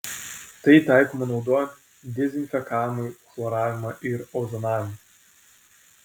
tai taikoma naudojant dezinfekavimui chloravimą ir ozonavimą